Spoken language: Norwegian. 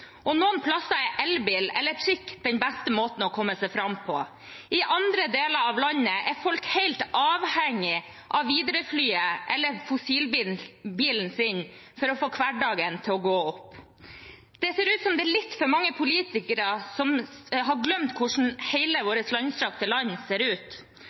Noen steder er elbil eller trikk den beste måten å komme seg fram på, i andre deler av landet er folk helt avhengige av Widerøe-flyet eller fossilbilen sin for å få hverdagen til å gå opp. Det ser ut som det er litt for mange politikere som har glemt hvordan hele vårt langstrakte land ser ut.